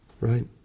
right